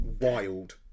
Wild